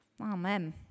Amen